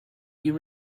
you